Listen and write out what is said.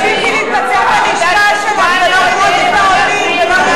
תמשיכי להתבצר בלשכה שלך ולא לראות את העולים.